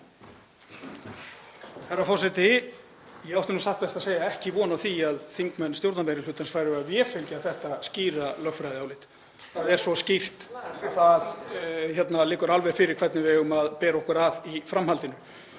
Herra forseti. Ég átti nú satt best að segja ekki von á því að þingmenn stjórnarmeirihlutans færu við að vefengja þetta skýra lögfræðiálit, það er svo skýrt. Það liggur alveg fyrir hvernig við eigum að bera okkur að í framhaldinu.